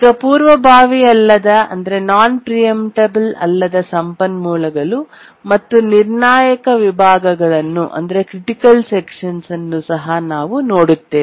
ಇವು ಪೂರ್ವಭಾವಿ ಅಲ್ಲದ ನಾನ್ ಪ್ರಿ ಎಂಪ್ಟಬಲ್ ಸಂಪನ್ಮೂಲಗಳು ಮತ್ತು ನಿರ್ಣಾಯಕ ವಿಭಾಗಗಳನ್ನುಕ್ರಿಟಿಕಲ್ ಸೆಕ್ಷನ್ಸ್ ಸಹ ನಾವು ನೋಡುತ್ತೇವೆ